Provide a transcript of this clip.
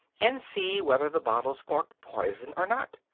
and see whether the bottle's marked poison or not,